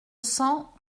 cent